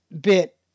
bit